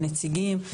הנציגים,